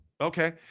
Okay